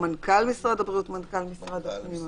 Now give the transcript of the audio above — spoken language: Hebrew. או מנכ"ל משרד הבריאות ומנכ"ל משרד הפנים.